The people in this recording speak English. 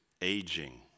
aging